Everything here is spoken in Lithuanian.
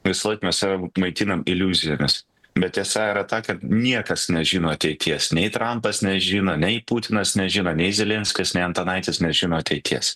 visąlaik mes save maitinam iliuzijomis bet tiesa yra ta kad niekas nežino ateities nei trampas nežino nei putinas nežino nei zelenskis nei antanaitis nežino ateities